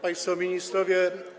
Państwo Ministrowie!